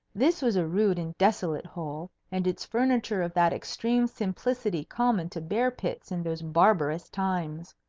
this was a rude and desolate hole, and its furniture of that extreme simplicity common to bear-pits in those barbarous times.